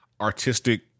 artistic